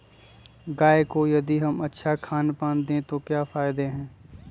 गाय को यदि हम अच्छा खानपान दें तो क्या फायदे हैं?